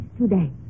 today